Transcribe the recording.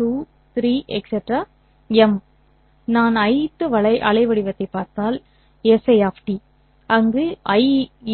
j1 நான் ith அலைவடிவத்தைப் பார்த்தால் si அங்கு i